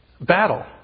battle